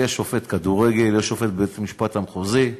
יש שופט כדורגל, יש שופט בית-המשפט המחוזי,